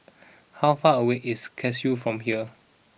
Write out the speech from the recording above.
how far away is Cashew from here